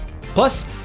Plus